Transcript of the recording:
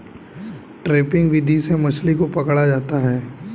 trapping विधि से मछली को पकड़ा होता है